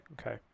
okay